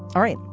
all right.